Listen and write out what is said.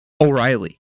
O'Reilly